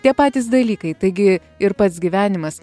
tie patys dalykai taigi ir pats gyvenimas